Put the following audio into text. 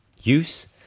use